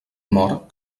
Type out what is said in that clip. mort